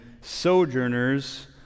sojourners